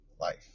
life